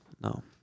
No